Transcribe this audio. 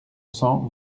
cents